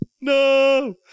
No